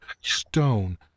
stone